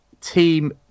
team